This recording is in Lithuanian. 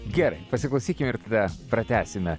gerai pasiklausykim ir tada pratęsime